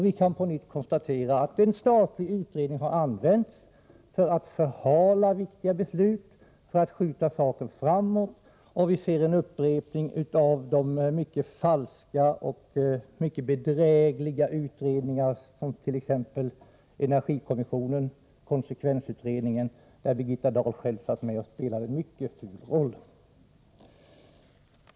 Vi kan på nytt konstatera att en statlig utredning har använts för att förhala viktiga beslut, för att skjuta saken framåt. Vi ser en upprepning av mycket falska och mycket bedrägliga utredningar som energikommissionen och konsekvensutredningen, där Birgitta Dahl själv satt med och spelade en mycket ful roll.